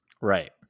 Right